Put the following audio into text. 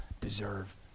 deserve